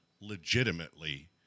legitimately